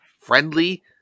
friendly